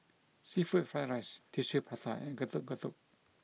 seafood fried rice Tissue Prata and Getuk Getuk